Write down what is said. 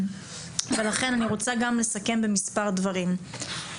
ולכן אני רוצה גם לסכם במספר דברים.